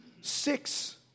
six